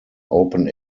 open